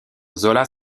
zola